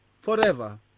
forever